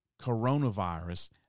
coronavirus